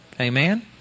Amen